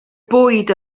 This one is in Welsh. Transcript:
bwyd